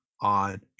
on